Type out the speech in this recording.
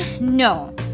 no